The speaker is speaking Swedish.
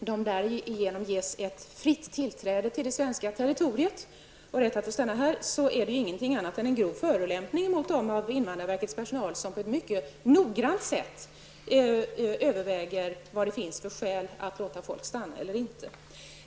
därigenom ges fritt tillträde till det svenska territoriet, är det ingenting annat än en grov förolämpning mot invandrarverkets personal som på ett mycket noggrant sätt prövar skälen för att låta de asylsökande stanna.